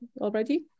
already